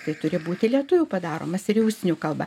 tai turi būti lietuvių padaromas ir į užsienio kalbą